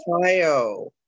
Ohio